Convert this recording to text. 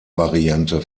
variante